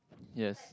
yes